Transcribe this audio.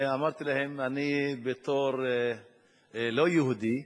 ואמרתי להם: אני בתור לא יהודי,